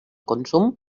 consum